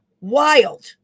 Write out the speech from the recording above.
wild